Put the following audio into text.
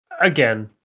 again